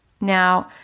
Now